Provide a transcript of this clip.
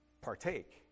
partake